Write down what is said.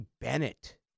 Bennett